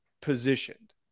positioned